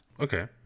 Okay